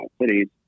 cities